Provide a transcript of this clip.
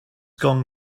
gone